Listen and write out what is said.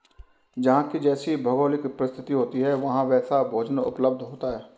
जहां की जैसी भौगोलिक परिस्थिति होती है वहां वैसा भोजन उपलब्ध होता है